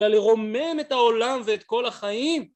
‫כדי לרומם את העולם ואת כל החיים.